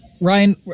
Ryan